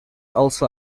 also